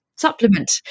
Supplement